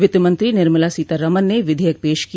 वित्तमंत्री निर्मला सीतारामन ने विधेयक पेश किया